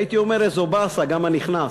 הייתי אומר, איזו באסה, גם הנכנס,